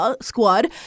squad